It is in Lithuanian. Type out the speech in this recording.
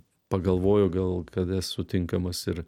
pagalvojo gal kad esu tinkamas ir